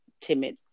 timid